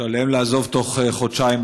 שעליהם לעזוב את הארץ בתוך חודשיים.